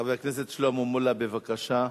חבר הכנסת שלמה מולה, בבקשה.